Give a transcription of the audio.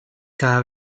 cada